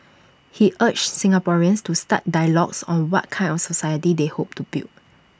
he urged Singaporeans to start dialogues on what kind of society they hope to build